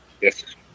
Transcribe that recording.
Yes